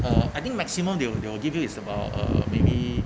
uh I think maximum they will they will give you is about uh maybe